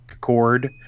cord